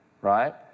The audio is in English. right